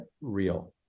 real